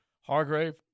Hargrave